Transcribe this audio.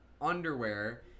underwear